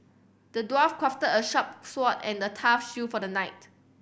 the dwarf crafted a sharp sword and the tough shield for the knight